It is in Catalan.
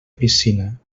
piscina